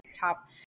top